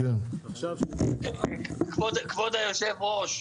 כבוד היושב-ראש,